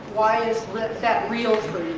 why is that real